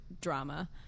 drama